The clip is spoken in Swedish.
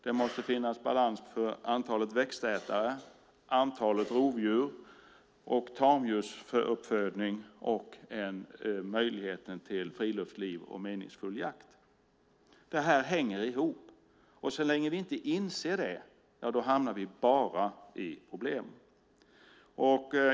Det måste finnas balans i fråga om antalet växtätare och antalet rovdjur och i fråga om tamdjursuppfödning och möjligheten till friluftsliv och meningsfull jakt. Det här hänger ihop. Så länge vi inte inser det hamnar vi bara i problem.